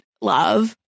love